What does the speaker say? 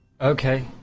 Okay